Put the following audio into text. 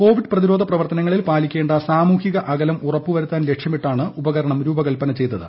Covid പ്രതിരോധ പ്രവർത്തനങ്ങളിൽ പാലിക്കേണ്ട സാമൂഹിക അകലം ഉറപ്പുവരുത്താൻ ലക്ഷ്യമിട്ടാണ് ഉപകരണം രൂപകൽപന ചെയ്തത്